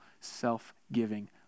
self-giving